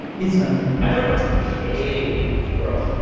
it's duncan i remember hating chrome.